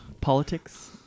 politics